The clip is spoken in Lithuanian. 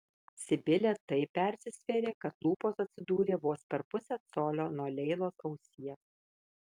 sibilė taip persisvėrė kad lūpos atsidūrė vos per pusę colio nuo leilos ausies